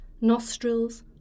nostrils